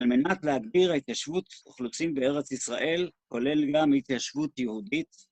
על מנת להגדיר התיישבות אוכלוסים בארץ ישראל, כולל גם התיישבות יהודית...